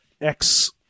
X-